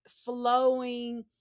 flowing